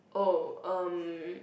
oh erm